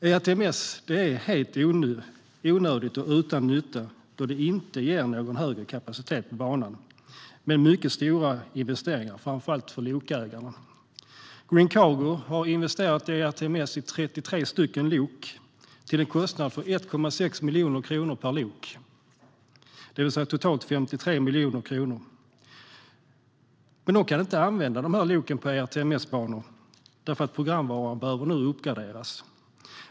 ERTMS är helt onödigt och utan nytta eftersom det inte ger någon högre kapacitet på banan. Det innebär dock mycket stora investeringar, framför allt för lokägarna. Green Cargo har investerat i ERTMS i 33 lok till en kostnad av 1,6 miljoner kronor per lok, det vill säga totalt 53 miljoner kronor. Men de kan inte använda dessa lok på ERTMS-banor, eftersom programvaran nu behöver uppgraderas.